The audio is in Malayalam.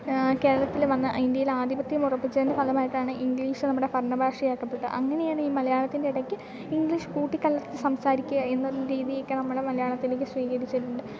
കേരളത്തിൽ വന്ന് ഇന്ത്യയിൽ ആദിപത്യം ഉറപ്പിച്ചതിൻ്റെ ഫലമായിട്ടാണ് ഇംഗ്ലീഷ് നമ്മുടെ ഭരണ ഭാഷയാക്കപ്പെട്ടത് അങ്ങനെയാണ് ഈ മലയാളത്തിൻ്റെ ഇടയ്ക്ക് ഇംഗ്ലീഷ് കൂട്ടിക്കലർത്തി സംസാരിക്കുക എന്നോ രീതിയൊക്കെ നമ്മുടെ മലയാളത്തിലേക്ക് സ്വീകരിച്ചിട്ടുണ്ട്